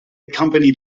company